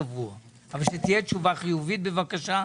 שבוע אבל שתהיה תשובה חיובית בבקשה.